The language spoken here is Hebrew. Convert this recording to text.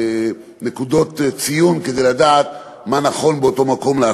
גבולות ומספיק נקודות ציון כדי לדעת מה נכון לעשות באותו מקום.